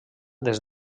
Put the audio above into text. des